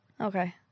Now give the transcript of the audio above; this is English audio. Okay